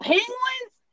Penguins